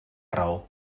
raó